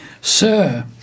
Sir